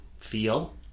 feel